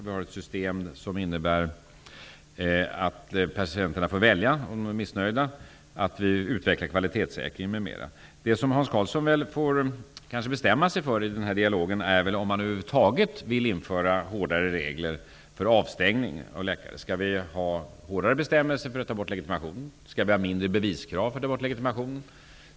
Vi har ett system som innebär att patienterna får välja att byta läkare om de är missnöjda, att vi utvecklar kvalitetssäkringen m.m. Det som Hans Karlsson får bestämma sig för i denna dialog är om han över huvud taget vill införa hårdare regler för avstängning av läkare. Skall vi ha hårdare bestämmelser när det gäller att ta bort legitimationer? Skall vi ha lägre beviskrav för att ta bort legitimationer?